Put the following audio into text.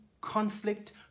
conflict